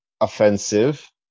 offensive